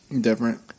Different